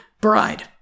bride